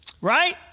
Right